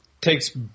takes